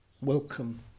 welcome